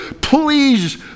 Please